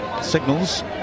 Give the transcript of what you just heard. signals